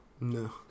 no